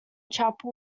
chapel